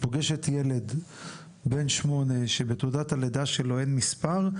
פוגשת ילד בן שמונה שבתעודת הלידה שלו אין מספר,